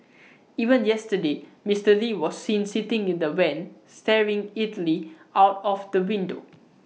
even yesterday Mister lee was seen sitting in the van staring idly out of the window